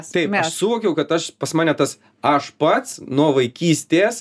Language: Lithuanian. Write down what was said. taip aš suvokiau kad aš pas mane tas aš pats nuo vaikystės